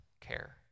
care